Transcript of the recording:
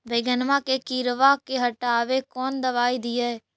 बैगनमा के किड़बा के हटाबे कौन दवाई दीए?